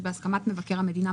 בהסכמת מבקר המדינה,